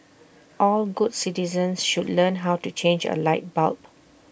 all good citizens should learn how to change A light bulb